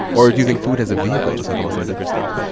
or do you think, food as a vehicle to talk about some bigger stuff?